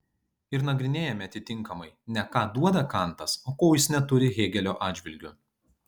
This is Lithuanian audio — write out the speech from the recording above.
ir nagrinėjame atitinkamai ne ką duoda kantas o ko jis neturi hėgelio atžvilgiu